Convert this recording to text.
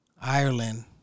Ireland